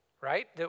right